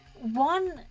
One